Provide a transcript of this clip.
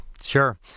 Sure